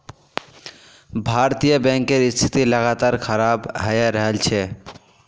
भारतीय बैंकेर स्थिति लगातार खराब हये रहल छे